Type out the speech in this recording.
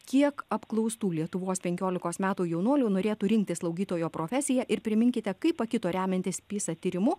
kiek apklaustų lietuvos penkiolikos metų jaunuolių norėtų rinktis slaugytojo profesiją ir priminkite kaip pakito remiantis pisa tyrimu